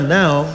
now